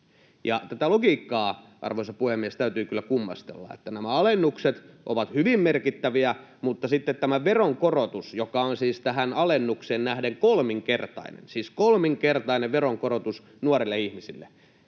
täytyy kyllä kummastella, että nämä alennukset ovat hyvin merkittäviä mutta sitten tämän veronkorotuksen, joka on siis tähän alennukseen nähden kolminkertainen — siis kolminkertainen veronkorotus nuorille ihmisille